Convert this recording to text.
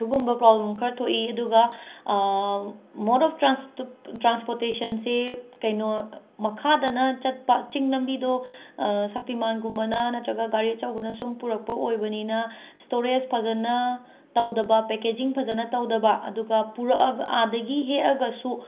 ꯁꯤꯒꯨꯝꯕ ꯄ꯭ꯔꯣꯕ꯭ꯂꯦꯝ ꯈꯔ ꯊꯣꯛꯏ ꯑꯗꯨꯒ ꯃꯣꯗ ꯑꯣꯐ ꯇ꯭ꯔꯥꯟꯁ ꯇ꯭ꯔꯥꯟꯁꯄꯣꯔꯇꯦꯁꯟꯁꯤ ꯀꯩꯅꯣ ꯃꯈꯥꯗꯅ ꯆꯠꯄ ꯆꯤꯡ ꯂꯝꯕꯤꯗꯣ ꯑ ꯁꯛꯇꯤꯃꯥꯟꯒꯨꯝꯕꯅ ꯅꯠꯇ꯭ꯔꯒ ꯒꯥꯔꯤ ꯑꯆꯧꯕꯅ ꯁꯨꯝ ꯄꯨꯔꯛꯄ ꯑꯣꯏꯕꯅꯤꯅ ꯁ꯭ꯇꯣꯔꯦꯖ ꯐꯖꯅ ꯇꯧꯗꯕ ꯄꯦꯀꯦꯖꯤꯡ ꯐꯖꯅ ꯇꯧꯗꯕ ꯑꯗꯨꯒ ꯄꯨꯔꯛꯑꯒ ꯑꯥꯗꯒꯤ ꯍꯦꯛꯑꯒꯁꯨ